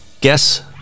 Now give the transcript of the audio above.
Guess